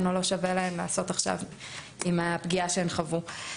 או לא שווה להן לעשות עכשיו עם הפגיעה שהן חוו.